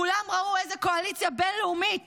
כולם ראו את קואליציה בין לאומית